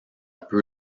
peu